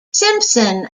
simpson